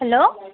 hello